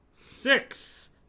six